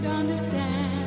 understand